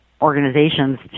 organizations